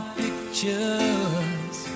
pictures